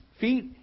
feet